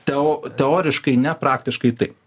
teo teoriškai ne praktiškai taip